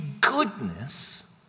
goodness